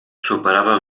superava